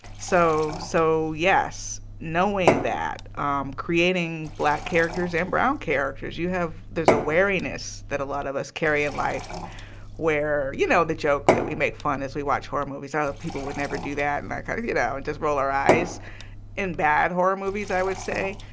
so so yes, knowing that, um creating black characters and brown characters, you have there's a wariness that a lot of us carry in life where you know the joke that we make fun as we watch horror movies, oh, people would never do that, and that kind of you know, just roll our eyes in bad horror movies, i would say.